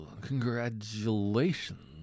Congratulations